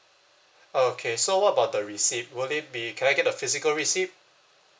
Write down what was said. okay so what about the receipt would it be can I get the physical receipt